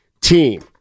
team